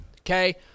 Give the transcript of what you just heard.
okay